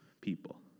people